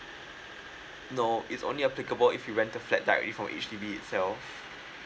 no it's only applicable if you rent the flat directly from H_D_B itself